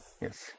Yes